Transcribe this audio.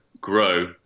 grow